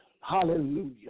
hallelujah